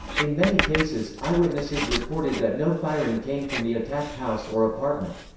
in many cases, eyewitnesses reported that no firing came from the attacked house or apartment.